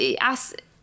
ask